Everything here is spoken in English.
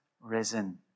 risen